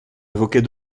évoquer